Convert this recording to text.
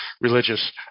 religious